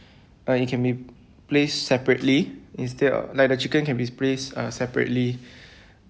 uh it can be placed separately instead of like the chicken can be placed uh separately